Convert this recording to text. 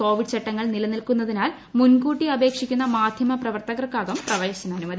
Covid ചട്ടങ്ങൾ നിലനിൽക്കുന്നതിനാൽ മുൻകൂട്ടി അപേക്ഷിക്കുന്ന മാധ്യമ പ്രവർത്തകർക്കാകും പ്രവേശനാനുമതി